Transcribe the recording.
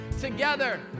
together